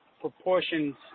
proportions